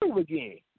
again